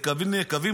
מברכים: "נקבים נקבים,